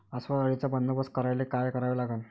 अस्वल अळीचा बंदोबस्त करायले काय करावे लागन?